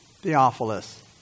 Theophilus